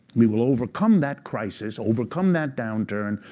we will overcome that crisis, overcome that downturn,